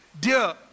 dear